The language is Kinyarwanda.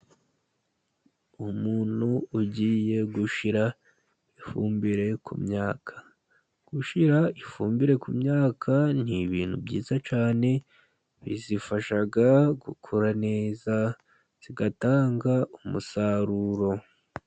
Umuntu ugiye gushyira ifumbire ku myaka. Gushyira ifumbire ku myaka ni ibintu byiza cyane, biyifasha gukura neza, igatanga umusaruro.